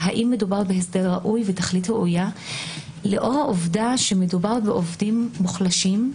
האם מדובר בהסדר ראוי ותכלית ראויה לאור העובדה שמדובר בעובדים מוחלשים,